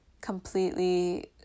completely